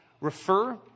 refer